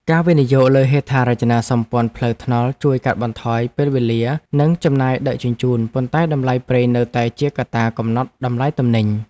ការវិនិយោគលើហេដ្ឋារចនាសម្ព័ន្ធផ្លូវថ្នល់ជួយកាត់បន្ថយពេលវេលានិងចំណាយដឹកជញ្ជូន ប៉ុន្តែតម្លៃប្រេងនៅតែជាកត្តាកំណត់តម្លៃទំនិញ។